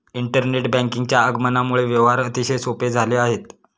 internet बँकिंगच्या आगमनामुळे व्यवहार अतिशय सोपे झाले आहेत